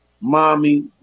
mommy